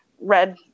red